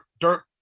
dirt